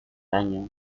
año